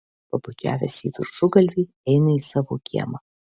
pabučiavęs į viršugalvį eina į savo kiemą